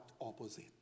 opposite